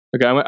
Okay